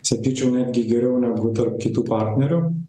sakyčiau netgi geriau negu tarp kitų partnerių